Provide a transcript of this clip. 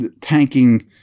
tanking